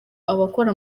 abakora